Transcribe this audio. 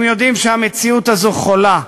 הם יודעים שהמציאות הזאת חולה.